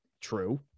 true